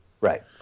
Right